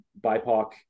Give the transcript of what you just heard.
BIPOC